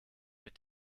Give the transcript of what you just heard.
mit